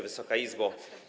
Wysoka Izbo!